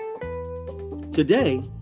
Today